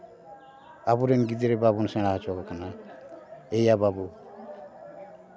ᱟᱵᱚᱨᱮᱱ ᱜᱤᱫᱽᱨᱟᱹ ᱵᱟᱵᱚᱱ ᱥᱮᱬᱟ ᱦᱚᱪᱚ ᱟᱠᱚ ᱠᱟᱱᱟ ᱮᱭᱟ ᱵᱟᱹᱵᱩ